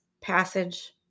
passage